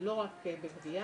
לא רק בגביה,